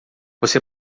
você